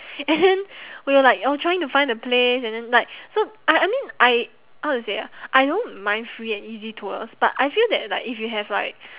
and then we were like uh trying to find the place and then like so I I mean I how to say ah I don't mind free and easy tours but I feel that like if you have like